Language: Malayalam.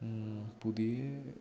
പുതിയ